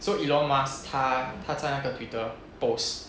so elon musk 他他在那个 twitter post